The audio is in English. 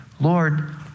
Lord